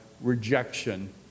rejection